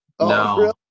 No